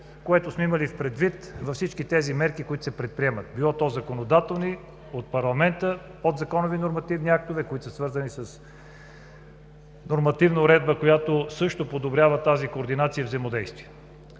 което сме имали предвид, във всички тези мерки, които се предприемат – било то законодателни, от парламента, подзаконови нормативни актове, които са свързани с нормативна уредба, която също подобрява тази координация и взаимодействие.